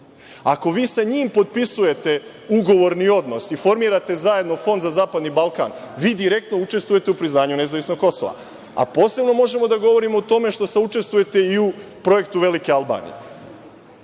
Ako vi sa njim potpisujete ugovorni odnos i formirate zajedno Fond za zapadni Balkan, vi direktno učestvujete u priznanju nezavisnog Kosova, a posebno možemo da govorimo o tome što saučestvujete i u projektu velike Albanije,